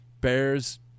Bears